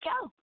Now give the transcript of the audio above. go